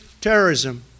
terrorism